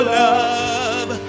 love